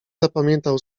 zapamiętał